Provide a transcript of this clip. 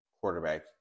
quarterback